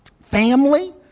family